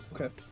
Okay